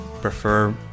prefer